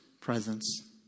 presence